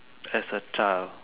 as a child